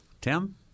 tim